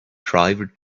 driver